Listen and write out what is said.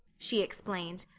she explained.